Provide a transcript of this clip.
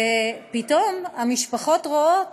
ופתאום המשפחות רואות